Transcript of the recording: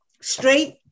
straight